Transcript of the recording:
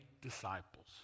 disciples